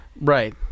Right